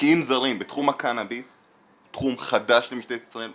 משקיעים זרים בתחום הקנאביס הוא תחום חדש למשטרת ישראל,